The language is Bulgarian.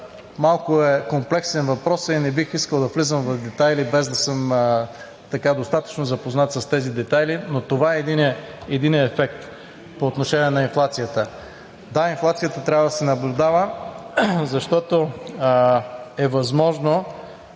малко е комплексен въпросът и не бих искал да влизам в детайли2 без да съм достатъчно запознат с тези детайли, но това е единият ефект по отношение на инфлацията. Да, инфлацията трябва да се наблюдава, защото е възможно